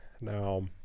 Now